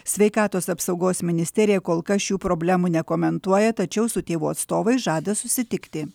sveikatos apsaugos ministerija kol kas šių problemų nekomentuoja tačiau su tėvų atstovais žada susitikti